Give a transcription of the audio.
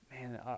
man